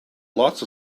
lots